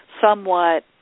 somewhat